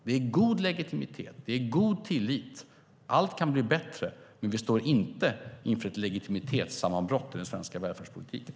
Det är god legitimitet och god tillit. Allt kan bli bättre, men vi står inte inför ett legitimitetssammanbrott i den svenska välfärdspolitiken.